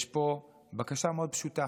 יש פה בקשה מאוד פשוטה